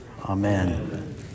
Amen